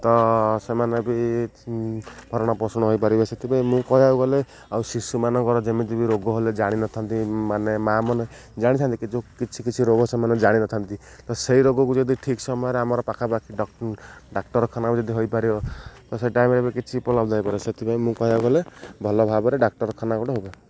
ତ ସେମାନେ ବି ଭରଣ ପୋଷଣ ହୋଇପାରିବେ ସେଥିପାଇଁ ମୁଁ କହିବାକୁ ଗଲେ ଆଉ ଶିଶୁମାନଙ୍କର ଯେମିତି ବି ରୋଗ ହେଲେ ଜାଣିନଥାନ୍ତି ମାନେ ମା' ମାନେ ଜାଣିଥାନ୍ତି କି ଯେଉଁ କିଛି କିଛି ରୋଗ ସେମାନେ ଜାଣିନଥାନ୍ତି ତ ସେଇ ରୋଗକୁ ଯଦି ଠିକ୍ ସମୟରେ ଆମର ପାଖାପାଖି ଡାକ୍ତରଖାନାକୁ ଯଦି ହେଇପାରିବ ତ ସେ ଟାଇମରେ ବି କିଛି ଉପଲବ୍ଧ ହେଇପାରିବ ସେଥିପାଇଁ ମୁଁ କହିବାକୁ ଗଲେ ଭଲ ଭାବରେ ଡାକ୍ତରଖାନା ଗୋଟେ ହବ